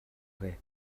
vrai